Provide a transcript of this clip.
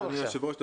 אדוני היושב-ראש,